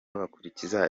bakurikiza